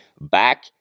back